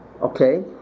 okay